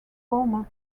formal